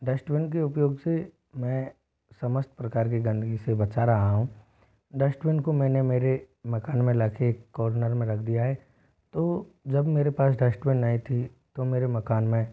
dustbin के उपयोग से मैं समस्थ प्रकार की गंदगी से बचा रहा हूँ डस्टबिन को मैंने मेरे मकान में ला कर कॉर्नर में रख दिया है तो जब मेरे पास डस्टबिन नहीं थी तो मेरे मकान में